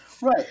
Right